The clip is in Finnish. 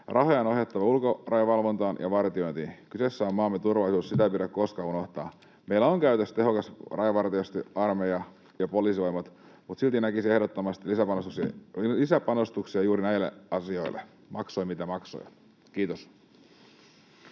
Rahoja on ohjattava ulkorajavalvontaan ja vartiointiin. Kyseessä on maamme turvallisuus. Sitä ei pidä koskaan unohtaa. Meillä on käytössä tehokas Rajavartiosto, armeija ja poliisivoimat, mutta silti näkisin ehdottomasti lisäpanostuksia juuri näille asioille, maksoi mitä maksoi. — Kiitos.